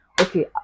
Okay